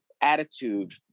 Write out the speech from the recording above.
attitude